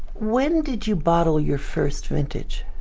when did you bottle your first vintage?